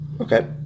Okay